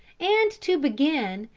and to begin,